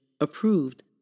approved